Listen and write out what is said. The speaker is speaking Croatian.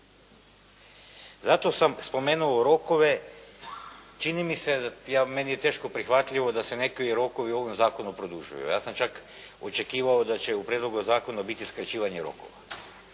Zato sam spomenuo rokove, čini mi se, meni je teško prihvatljivo da se neki rokovi u ovom zakonu produžuju. Ja sam čak očekivao da će u prijedlogu zakona biti skraćivanje rokova